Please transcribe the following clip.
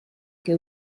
che